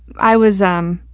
i was, um,